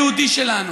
היהודי שלנו.